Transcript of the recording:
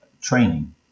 training